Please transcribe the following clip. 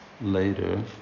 later